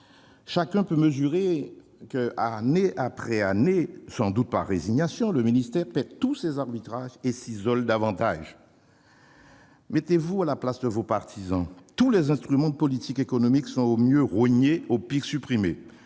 Chacun peut mesurer que, année après année, sans doute par résignation, le ministère perd tous ses arbitrages et s'isole davantage. Mettez-vous à la place de vos partisans : tous les instruments de politique économique sont, au mieux, rognés, au pire, supprimés.